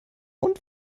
und